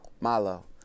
Malo